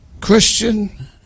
Christian